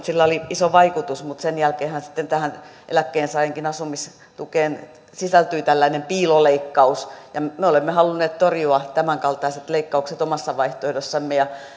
sillä oli iso vaikutus mutta sen jälkeenhän sitten tähän eläkkeensaajankin asumistukeen sisältyy tällainen piiloleikkaus ja me olemme halunneet torjua tämänkaltaiset leikkaukset omassa vaihtoehdossamme